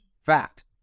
Fact